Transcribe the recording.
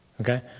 Okay